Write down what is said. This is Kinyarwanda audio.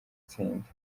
tsinda